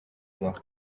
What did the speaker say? ibaho